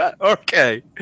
Okay